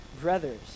brothers